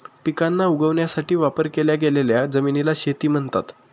पिकांना उगवण्यासाठी वापर केल्या गेलेल्या जमिनीला शेती म्हणतात